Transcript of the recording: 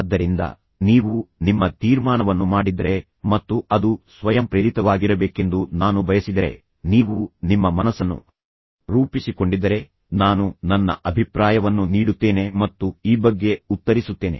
ಆದ್ದರಿಂದ ನೀವು ನಿಮ್ಮ ತೀರ್ಮಾನವನ್ನು ಮಾಡಿದ್ದರೆ ಮತ್ತು ಅದು ಸ್ವಯಂಪ್ರೇರಿತವಾಗಿರಬೇಕೆಂದು ನಾನು ಬಯಸಿದರೆ ನೀವು ನಿಮ್ಮ ಮನಸ್ಸನ್ನು ರೂಪಿಸಿಕೊಂಡಿದ್ದರೆ ನಾನು ನನ್ನ ಅಭಿಪ್ರಾಯವನ್ನು ನೀಡುತ್ತೇನೆ ಮತ್ತು ಈ ಬಗ್ಗೆ ಉತ್ತರಿಸುತ್ತೇನೆ